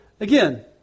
again